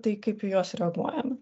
tai kaip į juos reaguojame